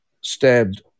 stabbed